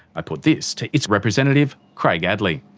i put this to its representative, craig addley.